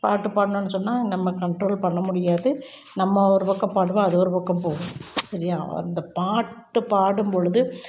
பாட்டு பாடலான்னு சொன்னால் நம்ம கண்ட்ரோல் பண்ண முடியாது நம்ம ஒரு பக்கம் பாடுவோம் அது ஒரு பக்கம் போகும் சரியா அந்த பாட்டு பாடும் பொழுது